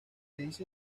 dice